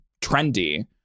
trendy